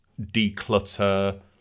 declutter